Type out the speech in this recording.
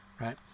right